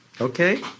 okay